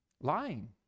Lying